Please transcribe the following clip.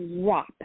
drop